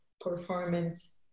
performance